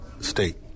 state